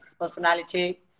personality